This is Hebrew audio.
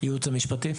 הייעוץ המשפטי.